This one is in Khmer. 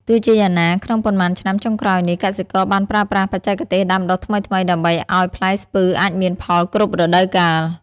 ទោះជាយ៉ាងណា ក្នុងប៉ុន្មានឆ្នាំចុងក្រោយនេះ កសិករបានប្រើប្រាស់បច្ចេកទេសដាំដុះថ្មីៗដើម្បីឱ្យផ្លែស្ពឺអាចមានផលគ្រប់រដូវកាល។